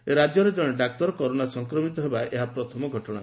ରାକ୍ୟରେ ଜଣେ ଡାକ୍ତର କରୋନା ସଂକ୍ରମିତ ହେବା ଏହା ପ୍ରଥମ ଘଟଶା